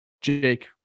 Jake